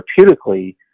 therapeutically